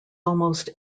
almost